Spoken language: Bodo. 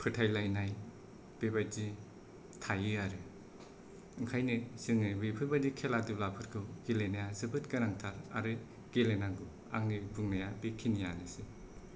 फोथायलायनाय बेबायदि थायो आरो ओंखायनो जों बेफोरबायदि खेला दुलाफोरखौ गेलेनाया जोबोद गोनांथार आरो गेलेनांगौ आंनि बुंनाया बेखिनियानोसै